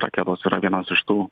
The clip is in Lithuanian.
raketos yra vienas iš tų